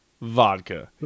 vodka